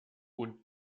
und